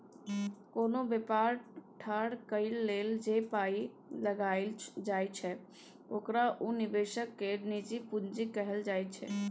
कोनो बेपार ठाढ़ करइ लेल जे पाइ लगाइल जाइ छै ओकरा उ निवेशक केर निजी पूंजी कहल जाइ छै